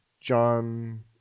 john